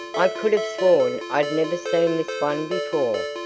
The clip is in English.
i could have sworn i'd never seen this one before.